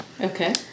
Okay